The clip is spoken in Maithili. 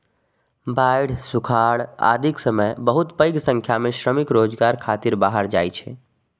बाढ़ि, सुखाड़ आदिक समय बहुत पैघ संख्या मे श्रमिक रोजगार खातिर बाहर जाइ छै